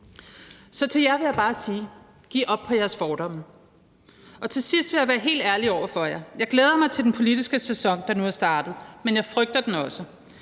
Så til jer vil jeg bare sige: Giv op på jeres fordomme. Til sidst vil jeg være helt ærlig over for jer og sige, at jeg glæder mig til den politiske sæson, der nu er startet, men at jeg også